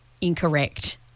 incorrect